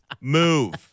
Move